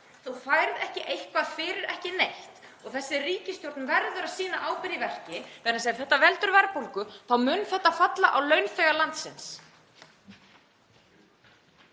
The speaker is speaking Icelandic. Þú færð ekki eitthvað fyrir ekki neitt. Þessi ríkisstjórn verður að sýna ábyrgð í verki vegna þess að ef þetta veldur verðbólgu þá mun það falla á launþega landsins.